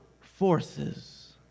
forces